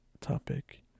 topic